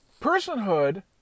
Personhood